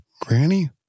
Granny